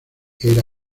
era